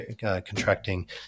contracting